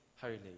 holy